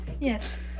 Yes